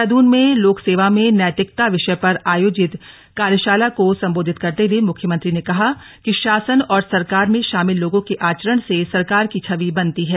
देहरादून में लोक सेवा में नैतिकता विषय पर आयोजित कार्यशाला को सम्बोधित करते हुए मुख्यमंत्री ने कहा कि शासन और सरकार में शामिल लोगों के आचरण से सरकार की छवि बनती है